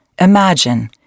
Imagine